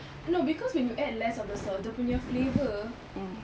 no because when you add less of the sauce dia punya flavor